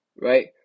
right